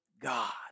God